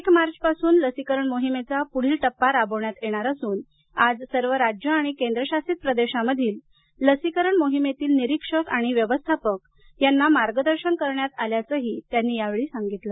एक मार्चपासून लसीकरण मोहिमेचा पुढील टप्पा राबवण्यात येणार असून आज सर्व राज्य आणि केंद्रशासित प्रदेशामधील लसीकरण मोहिमेतील निरीक्षक आणि व्यवस्थापक यांना मार्गदर्शन करण्यात आल्याचंही त्यांनी या वेळी सांगितलं